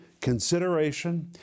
consideration